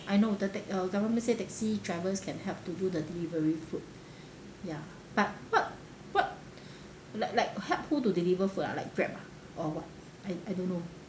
I know the ta~ uh government say taxi drivers can help to do the delivery food ya but what what like like help who to deliver food ah like grab ah or what I I don't know